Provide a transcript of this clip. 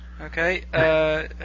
Okay